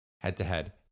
head-to-head